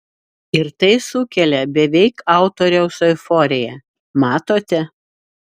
ir tai sukelia beveik autoriaus euforiją matote